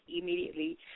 immediately